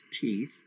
teeth